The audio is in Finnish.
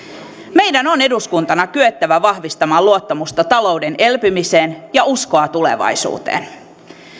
meidän on eduskuntana kyettävä vahvistamaan luottamusta talouden elpymiseen ja uskoa tulevaisuuteen